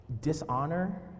dishonor